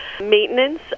maintenance